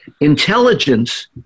Intelligence